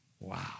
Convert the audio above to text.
Wow